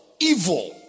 evil